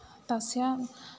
तस्य